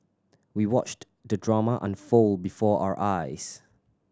we watched the drama unfold before our eyes